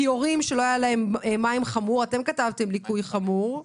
כיורים בלי מים חמים שאתם כתבתם ליקוי חמור,